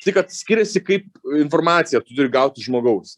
tik kad skiriasi kaip informaciją tu turi gaut iš žmogaus